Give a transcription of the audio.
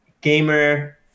Gamer